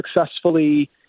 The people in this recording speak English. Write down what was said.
successfully